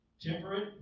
temperate